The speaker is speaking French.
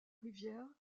rivière